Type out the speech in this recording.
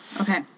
Okay